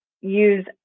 use